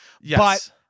Yes